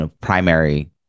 primary